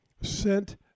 sent